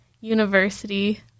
university